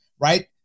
right